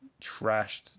trashed